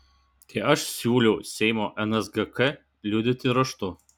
tai aš siūliau seimo nsgk liudyti raštu